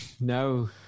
No